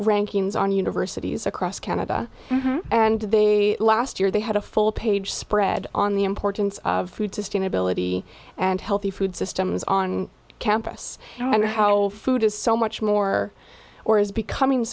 rankings on universities across canada and last year they had a full page spread on the importance of food sustainability and healthy food systems on campus and i wonder how food is so much more or is becoming